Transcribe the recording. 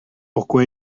pourquoi